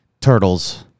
turtles